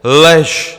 Lež!